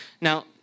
Now